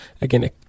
Again